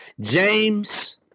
James